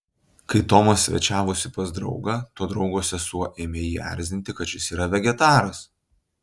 kai tomas svečiavosi pas draugą to draugo sesuo ėmė jį erzinti kad šis yra vegetaras